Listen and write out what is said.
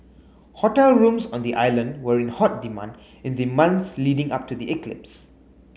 hotel rooms on the island were in hot demand in the months leading up to the eclipse